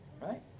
right